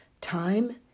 time